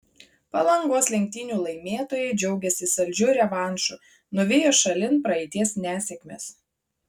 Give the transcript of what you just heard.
palangos lenktynių laimėtojai džiaugiasi saldžiu revanšu nuvijo šalin praeities nesėkmes